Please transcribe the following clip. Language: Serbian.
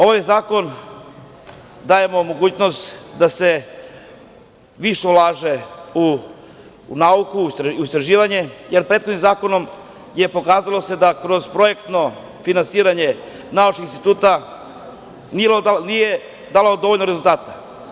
Ovaj zakon daje mogućnost da se više ulaže u nauku, u istraživanje, jer prethodnim zakonom se pokazalo da kroz projektno finansiranje naučenih instituta, nije dalo dovoljno rezultata.